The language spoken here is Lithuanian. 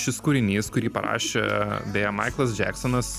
šis kūrinys kurį parašė beje maiklas džeksonas